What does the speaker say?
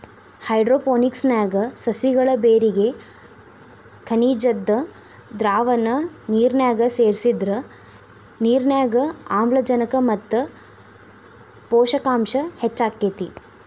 hydroponics ನ್ಯಾಗ ಸಸಿಗಳ ಬೇರಿಗೆ ಖನಿಜದ್ದ ದ್ರಾವಣ ನಿರ್ನ್ಯಾಗ ಸೇರ್ಸಿದ್ರ ನಿರ್ನ್ಯಾಗ ಆಮ್ಲಜನಕ ಮತ್ತ ಪೋಷಕಾಂಶ ಹೆಚ್ಚಾಕೇತಿ